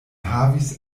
havis